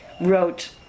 wrote